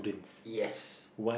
yes